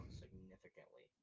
significantly